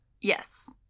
Yes